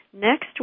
next